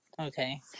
Okay